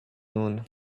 noon